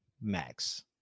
max